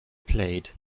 played